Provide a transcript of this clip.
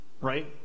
right